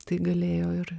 tai galėjo ir